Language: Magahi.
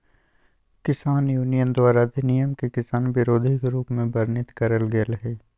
किसान यूनियन द्वारा अधिनियम के किसान विरोधी के रूप में वर्णित करल गेल हई